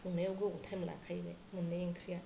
संनायाव गोबाव टाइम लाखायो बे मोननै ओंख्रिया